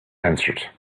answered